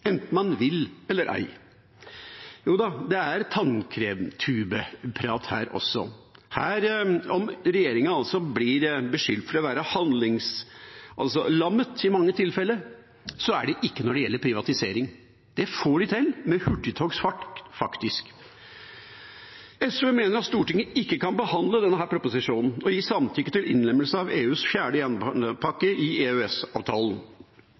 enten man vil eller ei. Joda, det er tannkremtube-prat her også. Dersom regjeringa blir beskyldt for å være handlingslammet i mange tilfeller, er de det ikke når det gjelder privatisering. Det får de til – med hurtigtogsfart, faktisk. SV mener at Stortinget ikke kan behandle denne proposisjonen og gi samtykke til innlemmelse av EUs fjerde